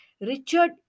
richard